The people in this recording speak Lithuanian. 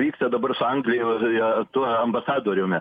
vyksta dabar su anglijoje tuo ambasadoriumi